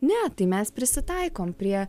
ne tai mes prisitaikom prie